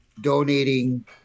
donating